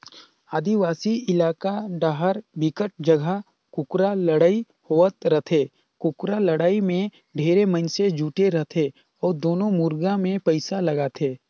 आदिवासी इलाका डाहर बिकट जघा कुकरा लड़ई होवत रहिथे, कुकरा लड़ाई में ढेरे मइनसे जुटे रथे अउ दूनों मुरगा मे पइसा लगाथे